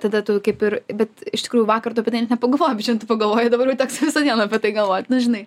tada tu kaip ir bet iš tikrųjų vakar tu apie tai net nepagalvojai bet šiandien tu pagalvojai dabar jau teks visą dieną apie tai galvot nu žinai